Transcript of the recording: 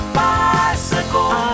bicycle